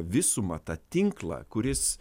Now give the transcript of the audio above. visumą tą tinklą kuris